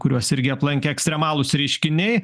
kuriuos irgi aplankė ekstremalūs reiškiniai